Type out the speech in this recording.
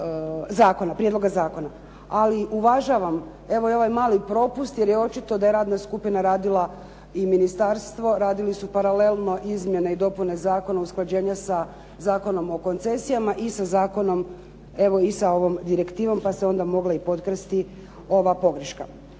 Ali uvažavam evo i ovaj mali propust jer je očito da je radna skupina i ministarstvo radili su paralelno izmjene i dopune zakona usklađenja sa Zakonom o koncesijama evo i sa ovom direktivom pa se onda mogla i potkrasti ova pogreška.